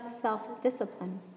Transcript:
self-discipline